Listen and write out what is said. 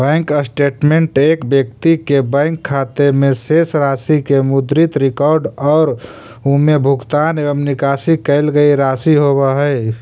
bank statement एक व्यक्ति के बैंक खाते में शेष राशि के मुद्रित रिकॉर्ड और उमें भुगतान एवं निकाशी कईल गई राशि होव हइ